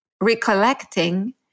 recollecting